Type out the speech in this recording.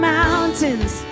mountains